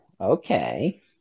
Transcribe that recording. okay